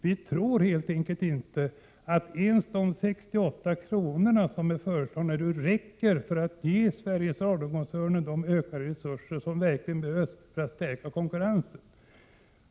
Vi tror helt enkelt inte att ens de 68 kronor som nu föreslagits räcker för att ge Sveriges Radio-koncernen de resurser som verkligen behövs för att stärka konkurrensen.